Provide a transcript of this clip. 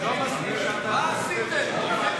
מה עשיתם?